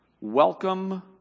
welcome